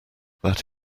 this